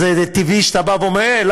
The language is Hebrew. אז זה טבעי שאתה בא ואומר: היי,